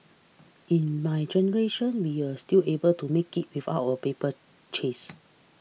in my generation we were still able to make it without a paper chase